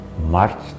march